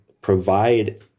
provide